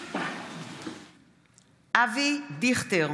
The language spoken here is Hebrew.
מתחייבת אני אבי דיכטר,